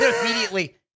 immediately